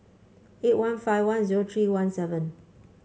eight one five one zero three one seven